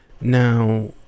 Now